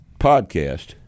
podcast